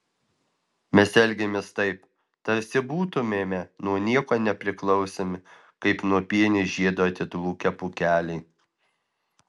mes elgiamės taip tarsi būtumėme nuo nieko nepriklausomi kaip nuo pienės žiedo atitrūkę pūkeliai